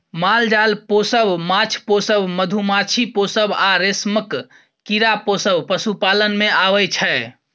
माल जाल पोसब, माछ पोसब, मधुमाछी पोसब आ रेशमक कीरा पोसब पशुपालन मे अबै छै